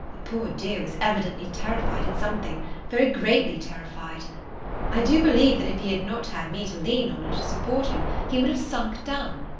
the poor dear was evidently terrified at something very greatly terrified i do believe that if he had not had me to lean on and to support him he would have sunk down.